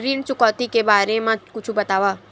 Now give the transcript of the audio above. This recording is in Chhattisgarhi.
ऋण चुकौती के बारे मा कुछु बतावव?